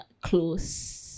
close